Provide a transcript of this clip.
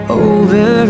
over